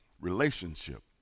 relationship